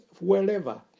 wherever